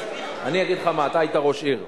אני אגיד לך: אתה היית ראש עיר,